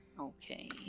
Okay